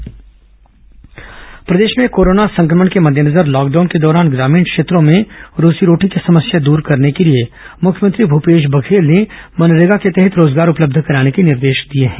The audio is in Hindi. मनरेगा रोजगार प्रदेश में कोरोना संक्रमण के मद्देनजर लॉकडाउन के दौरान ग्रामीण क्षेत्रों में रोजी रोटी की समस्या द्वर करने के लिए मुख्यमंत्री मूपेश बघेल ने मनरेगा के तहत रोजगार उपलब्ध कराने के निर्देश दिए हैं